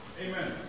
Amen